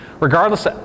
Regardless